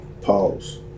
Pause